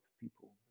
people